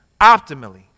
optimally